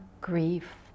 grief